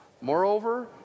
Moreover